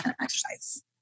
exercise